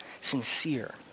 sincere